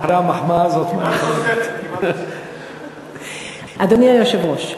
אחרי המחמאה הזאת, מה אני, זמן תוספת.